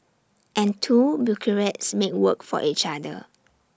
and two bureaucrats make work for each other